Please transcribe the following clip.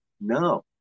No